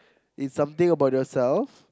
in something about yourself